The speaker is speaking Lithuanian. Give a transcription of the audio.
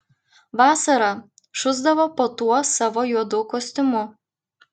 vasarą šusdavo po tuo savo juodu kostiumu